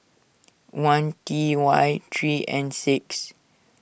one T Y three N six